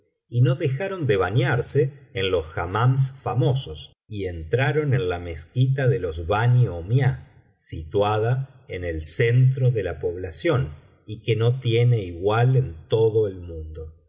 y no dejaron de bañarse en los hammams famosos y entraron en la mezquita de los bani ommiah situada en el centro de la población y que no tiene igual en todo el mundo